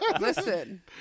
Listen